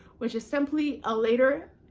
which is simply a letter,